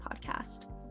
podcast